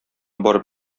барып